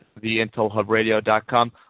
theintelhubradio.com